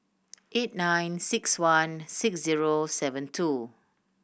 eight nine six one six zero seven two